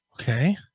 Okay